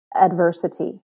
adversity